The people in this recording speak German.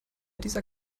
dieser